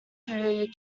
through